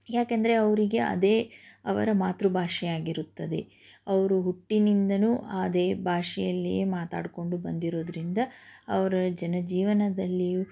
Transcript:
ಯಾಕೆಂದರೆ ಅವರಿಗೆ ಅದೇ ಅವರ ಮಾತೃಭಾಷೆ ಆಗಿರುತ್ತದೆ ಅವರು ಹುಟ್ಟಿನಿಂದಲೂ ಅದೇ ಭಾಷೆಯಲ್ಲಿಯೇ ಮಾತಾಡ್ಕೊಂಡು ಬಂದಿರೋದ್ರಿಂದ ಅವರ ಜನ ಜೀವನದಲ್ಲಿಯೂ